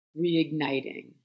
reigniting